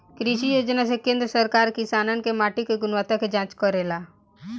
कृषि योजना से केंद्र सरकार किसानन के माटी के गुणवत्ता के जाँच करेला